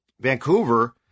Vancouver